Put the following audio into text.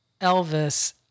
Elvis